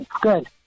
good